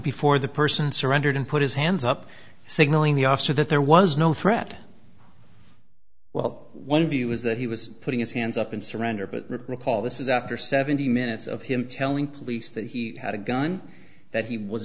before the person surrendered and put his hands up signaling the officer that there was no threat well one of you is that he was putting his hands up in surrender but the call this is after seventy minutes of him telling police that he had a gun that he was